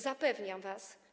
Zapewniam was.